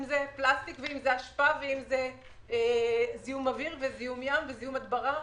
אם זה פלסטיק ואם זה אשפה ואם זה זיהום אוויר וזיהום ים וזיהום הדברה.